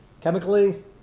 Chemically